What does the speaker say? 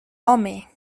home